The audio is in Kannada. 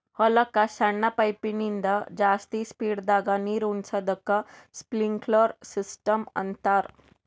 ಹೊಲಕ್ಕ್ ಸಣ್ಣ ಪೈಪಿನಿಂದ ಜಾಸ್ತಿ ಸ್ಪೀಡದಾಗ್ ನೀರುಣಿಸದಕ್ಕ್ ಸ್ಪ್ರಿನ್ಕ್ಲರ್ ಸಿಸ್ಟಮ್ ಅಂತಾರ್